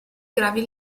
gravi